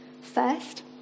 First